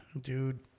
Dude